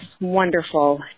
wonderful